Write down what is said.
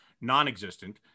non-existent